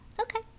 Okay